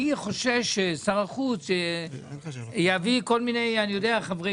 אני חושש ששר החוץ יביא כל מיני חברי